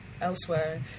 elsewhere